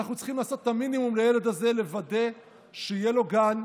אנחנו צריכים לעשות את המינימום בשביל הילד הזה כדי לוודא שיהיה לו גן,